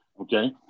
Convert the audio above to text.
Okay